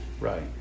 Right